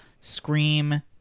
Scream